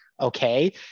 Okay